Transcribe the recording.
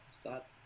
stop